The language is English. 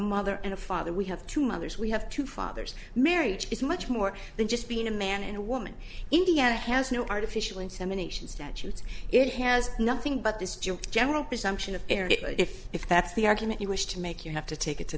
mother and a father we have two mothers we have two fathers marriage is much more than just being a man and woman indiana has no artificial insemination statutes it has nothing but this general presumption of if if that's the argument you wish to make you have to take it to